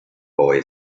boy